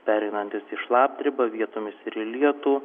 pereinantis į šlapdribą vietomis lietų